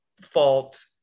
fault